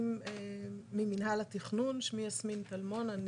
אני ממינהל התכנון, שמי יסמין טלמון.